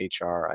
HR